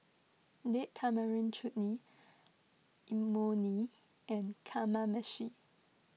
Date Tamarind Chutney Imoni and Kamameshi